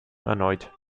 erneut